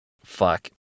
fuck